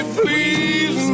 please